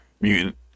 mutant